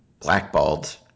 blackballed